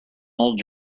old